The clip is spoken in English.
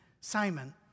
Simon